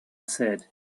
said